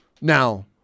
Now